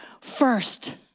first